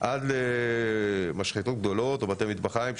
עד למשחטות גדולות מאוד או בתי מטבחיים,